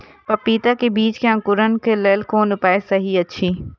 पपीता के बीज के अंकुरन क लेल कोन उपाय सहि अछि?